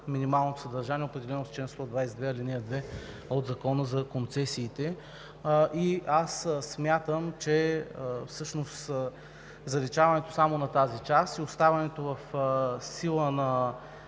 минималното съдържание, определено с чл. 122, ал. 2 от Закона за концесиите. Смятам, че заличаването само на тази част и оставането в сила на